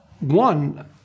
one